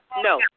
No